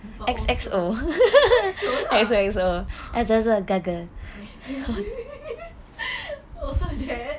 but also X X O lah also that